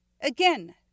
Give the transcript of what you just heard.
Again